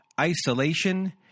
isolation